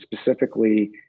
specifically